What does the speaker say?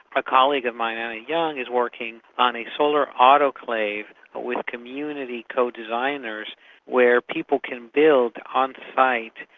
a colleague of mine, anna young, is working on a solar autoclave with community co-designers where people can build, on site,